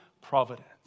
Providence